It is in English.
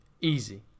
easy